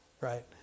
right